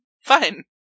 Fine